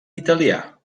italià